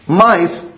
mice